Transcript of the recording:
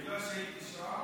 חבר ענק של מדינת ישראל,